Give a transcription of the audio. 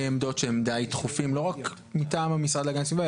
עמדות שהם די דחופים לא רק מטעם המשרד להגנת הסביבה,